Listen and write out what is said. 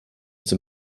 zum